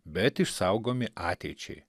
bet išsaugomi ateičiai